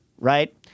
Right